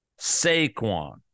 Saquon